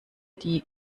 die